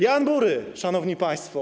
Jan Bury, szanowni państwo.